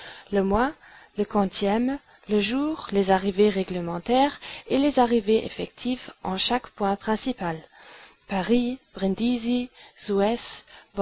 le mois le quantième le jour les arrivées réglementaires et les arrivées effectives en chaque point principal paris